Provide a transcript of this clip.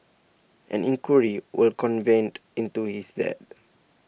an inquiry will convened into his death